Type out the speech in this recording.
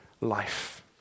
life